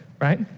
right